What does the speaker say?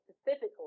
specifically